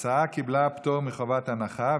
ההצעה קיבלה פטור מחובת הנחה.